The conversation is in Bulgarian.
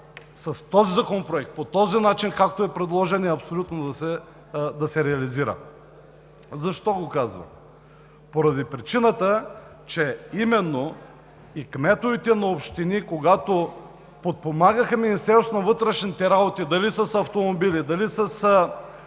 с този законопроект, по начина, както е предложен, е абсурдно да се реализира. Защо го казвам? Поради причината, че именно и кметовете на общини, когато подпомагаха Министерството на вътрешните работи – дали с автомобили, дали с